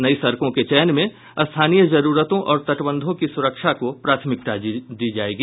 नई सड़कों के चयन में स्थानीय जरूरतों और तटबंधों की सुरक्षा को प्राथमिकता दी जायेगी